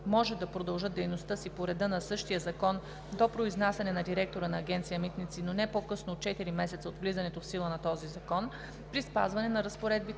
може да продължат дейността си по реда на същия закон до произнасяне на директора на Агенция „Митници“, но не по-късно от 4 месеца от влизането в сила на този закон, при спазване на разпоредбите